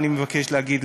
אני מבקש להגיד,